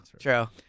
True